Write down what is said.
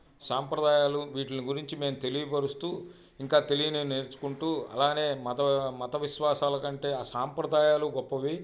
సాంప్రదాయాలు వీట్ల గురించి మేము తెలియపరుస్తూ ఇంకా తెలియని నేర్చుకుంటూ అలానే మత మత విశ్వాసాల కంటే ఆ సాంప్రదాయాలు గొప్పవి